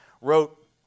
wrote